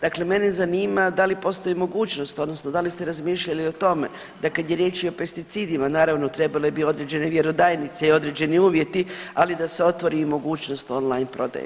Dakle, mene zanima da li postoji mogućnost odnosno da li ste razmišljali o tome da kada je riječ i o pesticidima naravno trebale bi određene vjerodajnice i određeni uvjeti ali da se otvori i mogućnost online prodaje.